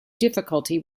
difficulty